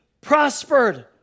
prospered